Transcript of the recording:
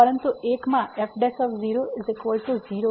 પરંતુ 1 માં f00